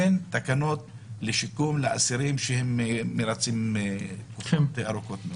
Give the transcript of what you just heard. אין תקנות לשיקום לאסירים שהם מרצים תקופות ארוכות מאוד.